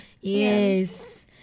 Yes